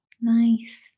Nice